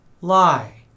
lie